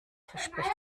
verspricht